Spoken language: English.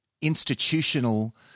institutional